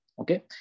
Okay